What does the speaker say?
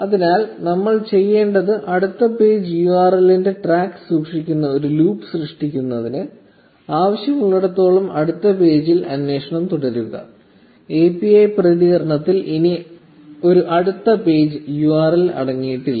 അതിനാൽ നമ്മൾ ചെയ്യേണ്ടത് അടുത്ത പേജ് യുആർഎല്ലിന്റെ ട്രാക്ക് സൂക്ഷിക്കുന്ന ഒരു ലൂപ്പ് സൃഷ്ടിക്കുന്നതിന് ആവശ്യമുള്ളിടത്തോളം അടുത്ത പേജിൽ അന്വേഷണം തുടരുക API പ്രതികരണത്തിൽ ഇനി ഒരു അടുത്ത പേജ് URL അടങ്ങിയിട്ടില്ല